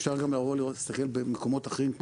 אפשר להסתכל גם במקומות אחרים,